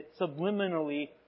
subliminally